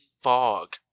fog